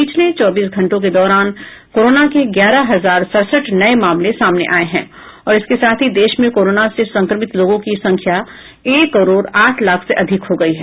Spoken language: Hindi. पिछले चौबीस घंटे के दौरान कोरोना के ग्यारह हजार सड़सठ नये मामले सामने आए और इसके साथ ही देश में कोरोना से संक्रमित लोगों की संख्या एक करोड आठ लाख से अधिक हो गई है